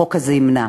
החוק הזה ימנע.